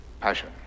...passion